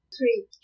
Three